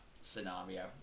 scenario